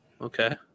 Okay